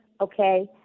Okay